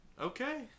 okay